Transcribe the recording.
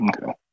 Okay